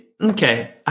Okay